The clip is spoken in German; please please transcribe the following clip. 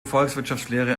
volkswirtschaftslehre